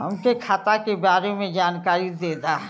हमके खाता के बारे में जानकारी देदा?